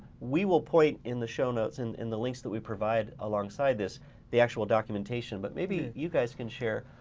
we will point in the show notes, in in the links that we provide alongside this the actual documentation, but maybe you guys can share,